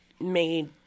made